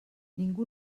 ningú